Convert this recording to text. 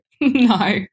No